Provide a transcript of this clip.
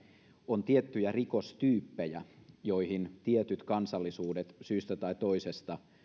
on tiettyjä rikostyyppejä joihin tietyt kansallisuudet syystä tai toisesta